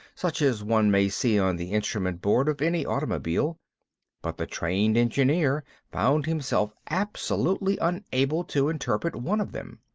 such as one may see on the instrument board of any automobile but the trained engineer found himself absolutely unable to interpret one of them.